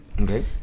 Okay